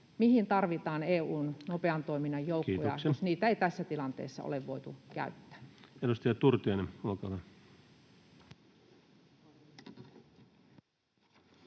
mihin tarvitaan EU:n nopean toiminnan joukkoja, [Puhemies huomauttaa ajasta] jos niitä ei tässä tilanteessa ole voitu käyttää. Edustaja Turtiainen, olkaa hyvä.